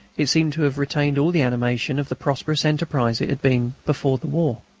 it seemed to have retained all the animation of the prosperous enterprise it had been before the war.